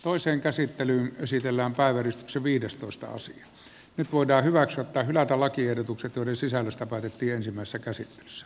toisen käsittelyn käsitellään päivän se viidestoistaosan nyt voidaan hyväksyä tai hylätä lakiehdotukset joiden sisällöstä päätettiin ensimmäisessä käsittelyssä